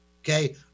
okay